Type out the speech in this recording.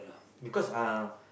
because uh